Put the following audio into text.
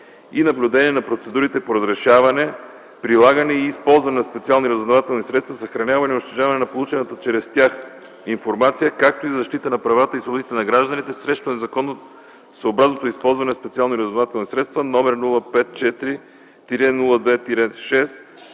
и наблюдение на процедурите по разрешаване, прилагане и използване на специалните разузнавателни средства, съхраняването и унищожаването на получената чрез тях информация, както и за защита на правата и свободите на гражданите срещу незаконосъобразното използване на специални разузнавателни средства № 054-02-6,